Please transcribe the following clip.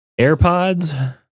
airpods